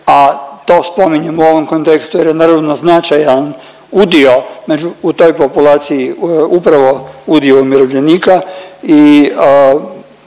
a to spominjem u ovom kontekstu jer je naravno značajan udio u toj populaciji upravo udio umirovljenika.